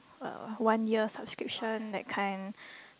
o~ one year subscription that kind